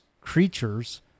creatures